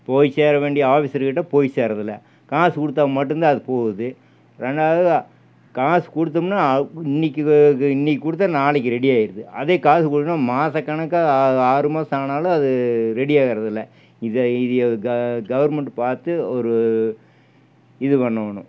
போய் சேரவேண்டிய ஆஃபீஸர்கிட்டே போய் சேர்வதுல்ல காசு கொடுத்தா மட்டும் தான் அது போகுது ரெண்டாவது காசு கொடுத்தோமுன்னா இன்னிக்கி இன்னிக்கி கொடுத்தா நாளைக்கு ரெடியாகிருது அதே காசு கொடுக்கலனா மாத கணக்காக ஆறு மாதமானாலும் அது ரெடி ஆகிறதில்ல இதை இதையே க கவர்மெண்ட்டு பார்த்து ஒரு இது பண்ணணும்